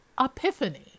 epiphany